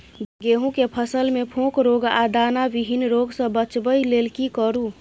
गेहूं के फसल मे फोक रोग आ दाना विहीन रोग सॅ बचबय लेल की करू?